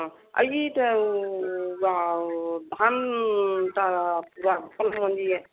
ହଁ ଆଉ ଇ ଧାନ୍ଟା ପୂରା ଭଲ୍ ମଞ୍ଜି ଅଛି